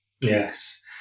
Yes